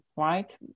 Right